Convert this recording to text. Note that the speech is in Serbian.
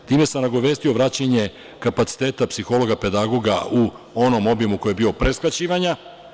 Time sam nagovestio vraćanje kapaciteta psihologa, pedagoga u onom obimu koji je bio pre skraćivanja.